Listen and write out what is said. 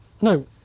No